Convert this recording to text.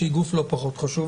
שהיא גוף לא פחות חשוב,